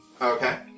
Okay